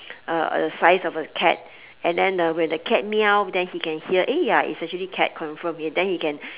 a a size of a cat and then uh when the cat meow then he can hear eh ya it's actually cat confirm then he can